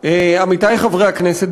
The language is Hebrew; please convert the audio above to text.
עמיתי חברי הכנסת,